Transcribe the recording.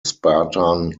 spartan